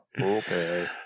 Okay